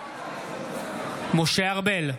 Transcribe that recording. בעד משה ארבל,